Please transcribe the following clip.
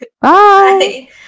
Bye